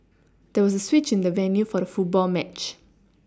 there was a switch in the venue for the football match